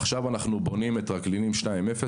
עכשיו אנחנו בונים את טרקלינים 2.0,